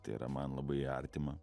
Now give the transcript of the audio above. tai yra man labai artima